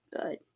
Good